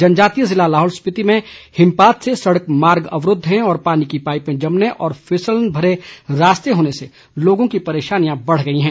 जनजातीय जिला लाहौल स्पिति में हिमपात से सड़क मार्ग अवरूद्व हैं और पानी की पाईपें जमने व फिसलन भरे रास्ते होने से लोगों की परेशानियां बढ़ गई हैं